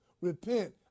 Repent